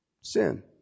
Sin